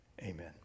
Amen